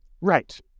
right